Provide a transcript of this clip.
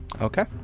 Okay